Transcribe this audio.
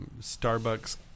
Starbucks